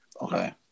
Okay